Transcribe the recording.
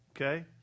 okay